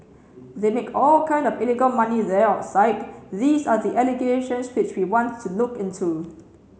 they make all kind of illegal money there outside these are the allegations which we want to look into